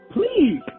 Please